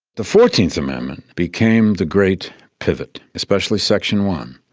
the fourteenth amendment became the great pivot, especially section one.